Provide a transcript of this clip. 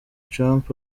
trump